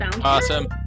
awesome